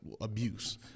abuse